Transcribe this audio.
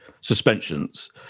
suspensions